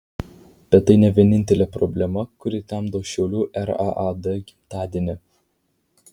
bet tai ne vienintelė problema kuri temdo šiaulių raad gimtadienį